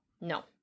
No